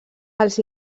els